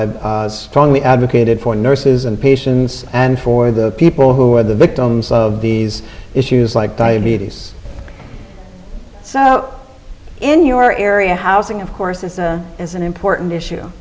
have strongly advocated for nurses and patients and for the people who are the victims of these issues like diabetes so in your area housing of course it is an important issue